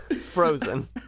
Frozen